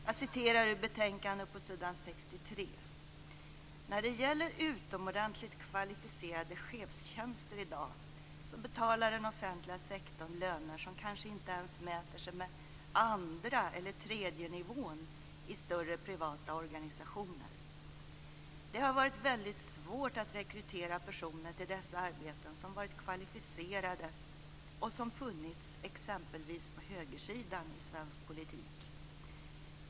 Jag citerar ur betänkandet på sid "När det gäller utomordentligt kvalificerade chefstjänster i dag så betalar löner som kanske inte ens mäter sig med andra eller tredjenivån i större privata organisationer. Det har varit väldigt svårt att rekrytera personer till dessa arbeten, som varit kvalificerade och som funnits exempelvis på högersidan i svensk politik.